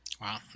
wow